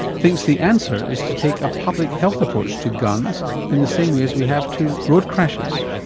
thinks the answer is to take a public health approach to guns in the same way as we have to road crashes.